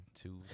two